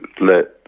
let